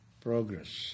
progress